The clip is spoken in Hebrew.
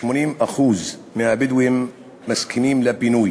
80% מהבדואים מסכימים לפינוי,